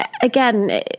Again